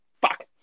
fuck